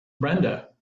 brenda